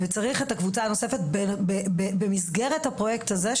וצריך את הקבוצה הנוספת במסגרת הפרויקט הזה,